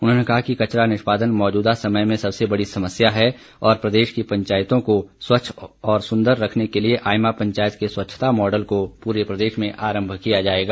उन्होंने कहा कि कचरा निष्पादन मौजूदा समय में सबसे बड़ी समस्या है और प्रदेश की पंचायतों को स्वच्छ और सुंदर रखने के लिए आईमा पंचायत के स्वच्छता मॉडल को पूरे प्रदेश में आरंभ किया जायेगा